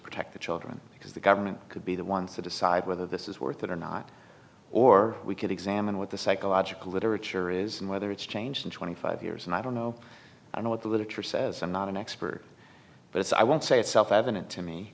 protect the children because the government could be the ones to decide whether this is worth it or not or we could examine what the psychological literature is and whether it's changed in twenty five years and i don't know i know what the literature says i'm not an expert but it's i won't say it's self evident to me